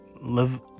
live